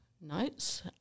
notes